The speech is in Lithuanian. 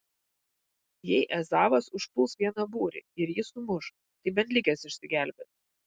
jei ezavas užpuls vieną būrį ir jį sumuš tai bent likęs išsigelbės